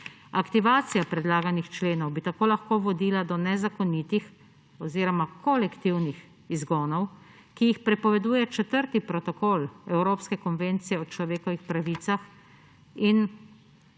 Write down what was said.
Aktivacija predlaganih členov bi tako lahko vodila do nezakonitih oziroma kolektivnih izgonov, ki jih prepoveduje četrti protokol Evropske konvencije o človekovih pravicah, in bi